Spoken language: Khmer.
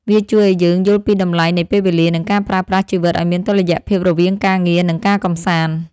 វាជួយឱ្យយើងយល់ពីតម្លៃនៃពេលវេលា និងការប្រើប្រាស់ជីវិតឱ្យមានតុល្យភាពរវាងការងារ និងការកម្សាន្ត។